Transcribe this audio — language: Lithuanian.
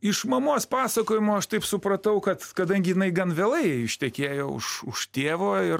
iš mamos pasakojimo aš taip supratau kad kadangi jinai gan vėlai ištekėjo už už tėvo ir